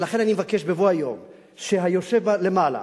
ולכן אני מבקש שבבוא היום היושב למעלה,